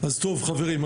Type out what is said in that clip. טוב חברים,